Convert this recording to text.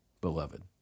beloved